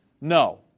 No